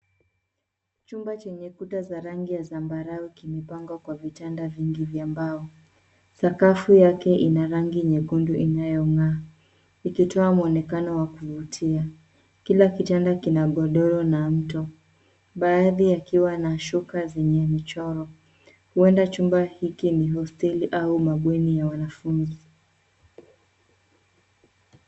Chumba chenye kuta za rangi ya zambarau, kimepangwa kwa vitanda vingi vya mbao. Sakafu yake ina rangi nyekundu inayong'aa. Ikitoa mwonekano wa kuvutia. Kila kitanda kina godoro na mto, baadhi yakiwa na shuka zenye michoro. Huenda chumba hiki ni hosteli au mabweni ya wanafunzi.